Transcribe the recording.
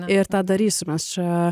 ir tą darysime mes čia